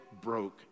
broke